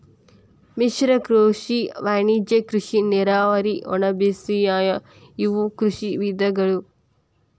ಮಿಶ್ರ ಕೃಷಿ ವಾಣಿಜ್ಯ ಕೃಷಿ ನೇರಾವರಿ ಒಣಬೇಸಾಯ ಇವು ಕೃಷಿಯ ವಿಧಗಳು